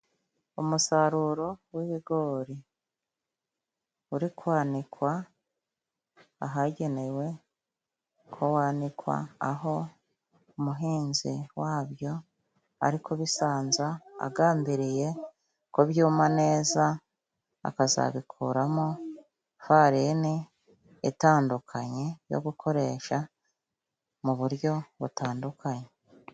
Umusaruro w' ibigori uri kwanikwa ahagenewe ko wanikwa, aho umuhinzi wabyo ari kubisanza agambiriye ko byuma neza, akazabikuramo ifarini itandukanye yo gukoresha mu buryo butandukanye.